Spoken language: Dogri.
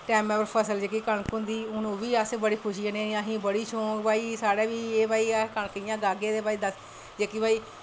टैमें पर फसल जेह्की कनक होंदी हून ओह्बी अस बड़ी खुशी कन्नै ते बड़ी शौक भई एह् साढ़े बी कनक भई ते कियां गाह्गे कि जेह्की